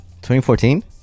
2014